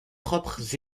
propres